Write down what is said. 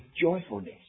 joyfulness